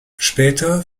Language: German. später